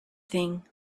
thing